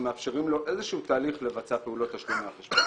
מאפשרים לו איזשהו תהליך לבצע פעולות תשלום מהחשבון.